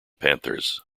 panthers